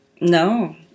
no